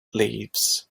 leaves